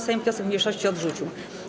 Sejm wniosek mniejszości odrzucił.